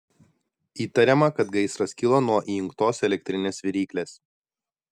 įtariama kad gaisras kilo nuo įjungtos elektrinės viryklės